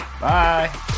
Bye